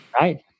Right